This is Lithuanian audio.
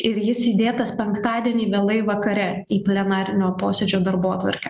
ir jis įdėtas penktadienį vėlai vakare į plenarinio posėdžio darbotvarkę